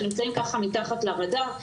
שנמצאים ככה מתחת לרדאר.